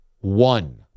One